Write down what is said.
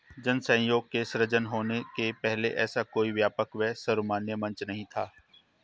जन सहयोग के सृजन होने के पहले ऐसा कोई व्यापक व सर्वमान्य मंच नहीं था